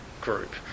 group